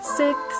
six